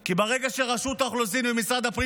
כי ברגע שרשות האוכלוסין במשרד הפנים